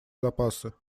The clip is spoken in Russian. запасы